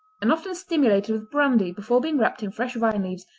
and often stimulated with brandy before being wrapped in fresh vine leaves,